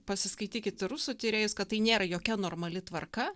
pasiskaitykit rusų tyrėjus kad tai nėra jokia normali tvarka